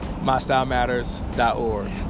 MyStyleMatters.org